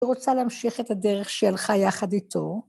היא רוצה להמשיך את הדרך שהלכה יחד איתו.